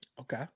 Okay